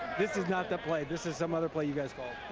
this is not the play. this is some other play you guys called.